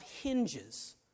hinges